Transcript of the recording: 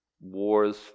Wars